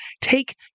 take